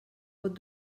pot